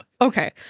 Okay